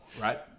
right